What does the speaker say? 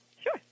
sure